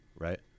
right